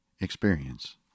experience